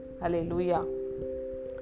Hallelujah